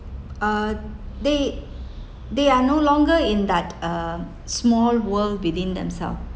uh they they are no longer in that uh small world within themselves